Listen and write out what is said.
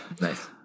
nice